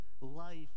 life